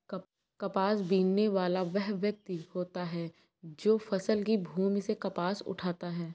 कपास बीनने वाला वह व्यक्ति होता है जो फसल की भूमि से कपास उठाता है